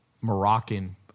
Moroccan